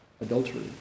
adultery